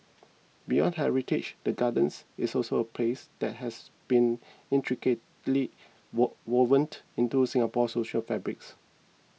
beyond heritage the gardens is also a place that has been intricately woven into Singapore's social fabrics